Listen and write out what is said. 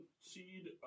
seed